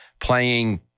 playing